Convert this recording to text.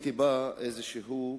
הזאת,